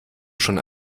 schon